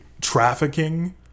trafficking